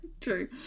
True